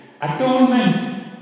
atonement